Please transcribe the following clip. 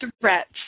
threats